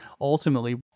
ultimately